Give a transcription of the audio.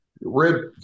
rib